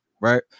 Right